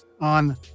on